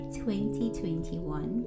2021